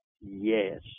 Yes